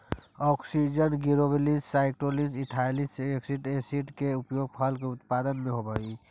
auxin, gibberellins, cytokinin, ethylene, abscisic acid के उपयोग फल के उत्पादन में होवऽ हई